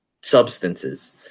substances